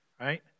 Right